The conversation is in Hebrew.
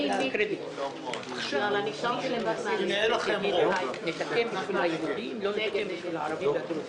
היום של הוועדה והם יבואו לפה.